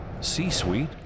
C-Suite